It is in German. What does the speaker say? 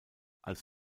als